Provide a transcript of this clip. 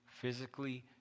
physically